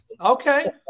Okay